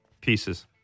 Pieces